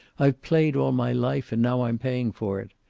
i've played all my life, and now i'm paying for it.